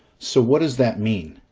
so what does that mean?